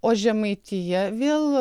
o žemaitija vėl